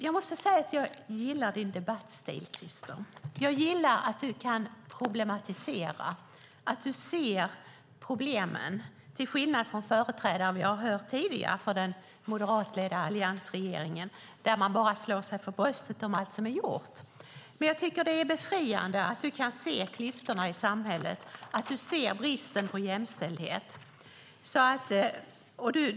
Herr talman! Jag gillar din debattstil, Christer Nylander. Jag gillar att du kan problematisera, att du ser problemen, till skillnad från företrädare vi har hört tidigare för den moderatledda alliansregeringen, som bara slår sig för bröstet om allt som har gjorts. Det är befriande att du kan se klyftorna i samhället, att du ser bristen på jämställdhet.